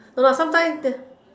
no lah sometimes there's